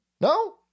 No